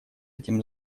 этим